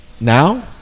Now